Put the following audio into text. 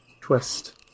twist